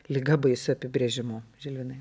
liga baisiu apibrėžimu žilvinai